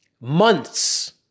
months